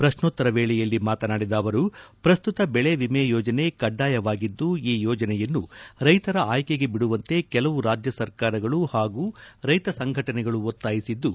ಪ್ರಶ್ನೋತ್ತರ ವೇಳೆಯಲ್ಲಿ ಮಾತನಾಡಿದ ಅವರು ಪ್ರಸ್ತುತ ಬೆಳೆ ವಿಮೆ ಯೋಜನೆ ಕಡ್ಡಾಯವಾಗಿದ್ದು ಈ ಯೋಜನೆಯನ್ನು ರೈತರ ಆಯ್ಕೆಗೆ ಬಿಡುವಂತೆ ಕೆಲವು ರಾಜ್ಯ ಸರ್ಕಾರಗಳು ಹಾಗೂ ರೈತ ಸಂಘಟನೆಗಳು ಒತ್ತಾಯಿಸಿದ್ದು